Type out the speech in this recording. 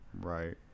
Right